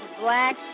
Black